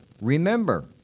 remember